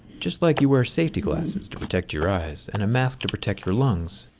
just like you wear safety glasses to protect your eyes and a mask to protect your lungs,